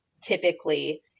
typically